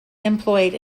employed